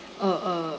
a a